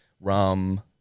Rum